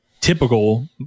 typical